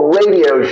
radio